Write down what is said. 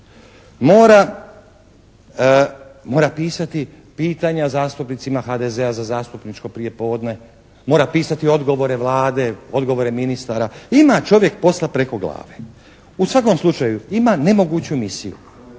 Mora pisati pitanja zastupnicima HDZ-a za zastupničko prijepodne. Mora pisati odgovore Vlade, odgovore ministara. Ima čovjek posla preko glave. U svakom slučaju ima nemoguću misiju.